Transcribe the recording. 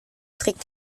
trägt